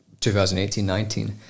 2018-19